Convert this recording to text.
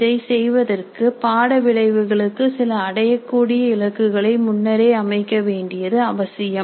இதை செய்வதற்கு பாட விளைவுகளுக்கு சில அடையக்கூடிய இலக்குகளை முன்னரே அமைக்க வேண்டியது அவசியம்